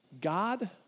God